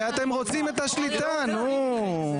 כי אתם רוצים את השליטה, נו.